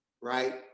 right